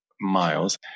miles